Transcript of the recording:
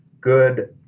good